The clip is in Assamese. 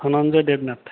ধনঞ্জয় দেৱনাথ